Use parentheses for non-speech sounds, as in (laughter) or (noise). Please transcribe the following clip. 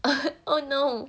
(laughs) oh no